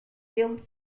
guild